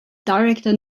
director